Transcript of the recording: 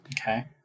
Okay